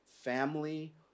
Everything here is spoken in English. family